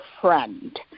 friend